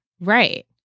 Right